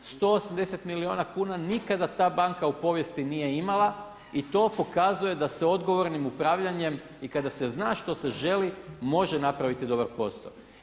180 milijuna kuna, nikada ta banka u povijesti nije imala i to pokazuje da se odgovornim upravljanjem i kada se zna što se želi može napraviti dobar posao.